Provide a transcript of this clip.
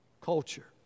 culture